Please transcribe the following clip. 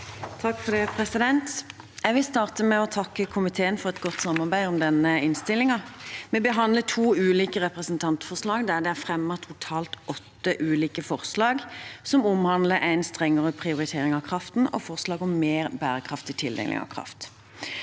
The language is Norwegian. (ordfører for saken): Jeg vil starte med å takke komiteen for et godt samarbeid om denne innstillingen. Vi behandler to ulike representantforslag der det er fremmet totalt åtte ulike forslag som omhandler en strengere prioritering av kraften og mer bærekraftig tildeling av kraft.